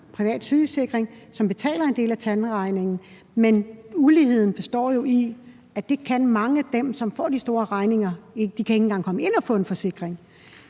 privat sygeforsikring, som betaler en del af tandlægeregningen, men uligheden består jo i, at det kan mange af dem, som får de store regninger, ikke; de kan ikke engang komme ind og få en forsikring.